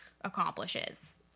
accomplishes